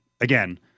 again